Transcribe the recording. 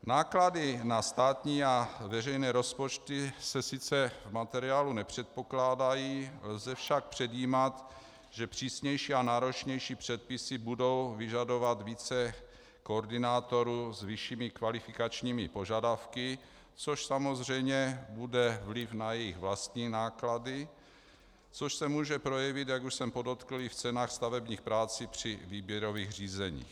Náklady na státní a veřejné rozpočty se sice v materiálu nepředpokládají, lze však předjímat, že přísnější a náročnější předpisy budou vyžadovat více koordinátorů s vyššími kvalifikačními požadavky, což samozřejmě bude mít vliv na jejich vlastní náklady, což se může projevit, jak už jsem podotkl, i v cenách stavebních prací při výběrových řízeních.